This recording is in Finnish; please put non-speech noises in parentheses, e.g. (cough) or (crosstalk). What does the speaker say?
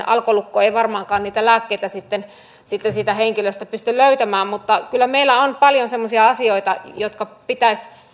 (unintelligible) alkolukko ei varmaankaan niitä lääkkeitä sitten sitten siitä henkilöstä pysty löytämään mutta kyllä meillä on paljon semmoisia asioita jotka pitäisi